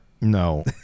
no